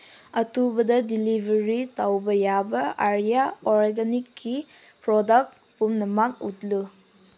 ꯑꯊꯨꯕꯗ ꯗꯤꯂꯤꯚꯔꯤ ꯇꯧꯕ ꯌꯥꯕ ꯑꯔꯤꯌꯥ ꯑꯣꯔꯒꯥꯅꯛꯀꯤ ꯄ꯭ꯔꯣꯗꯛ ꯄꯨꯝꯅꯃꯛ ꯎꯠꯂꯨ